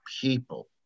people